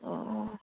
অঁ